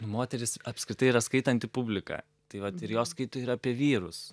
moterys apskritai yra skaitanti publika tai vat ir jos skaito ir apie vyrus